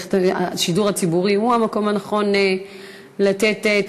השידור הציבורי הוא המקום הנכון לתת את